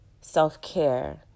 self-care